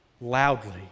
loudly